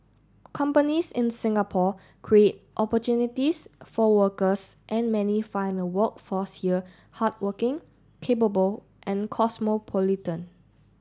companies in Singapore create opportunities for workers and many find the workforce here hardworking capable and cosmopolitan